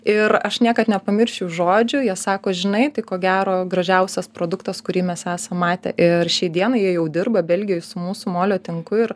ir aš niekad nepamiršiu žodžių jie sako žinai tai ko gero gražiausias produktas kurį mes esam matę ir šiai dienai jie jau dirba belgijoj su mūsų molio tinku ir